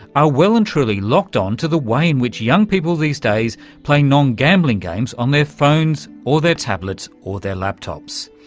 are well and truly locked on to the way in which young people these days play non-gambling games on their phones or their tablets or their laptops.